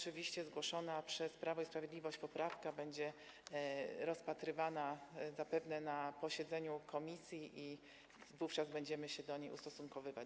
Zgłoszona przez Prawo i Sprawiedliwość poprawka będzie rozpatrywana zapewne na posiedzeniu komisji i wówczas będziemy się do niej ustosunkowywać.